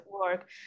work